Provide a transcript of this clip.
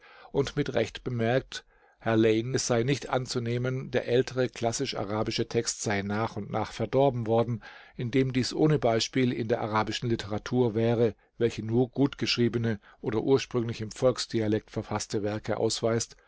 und mit recht bemerkt h lane es sei nicht anzunehmen der ältere klassischarabische text sei nach und nach verdorben worden indem dies ohne beispiel in der arabischen literatur wäre welche nur gut geschriebene oder ursprünglich im volksdialekt verfaßte werke ausweist